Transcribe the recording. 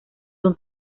son